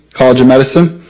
college of medicine.